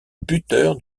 buteur